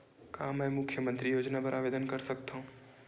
का मैं मुख्यमंतरी योजना बर आवेदन कर सकथव?